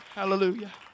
Hallelujah